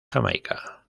jamaica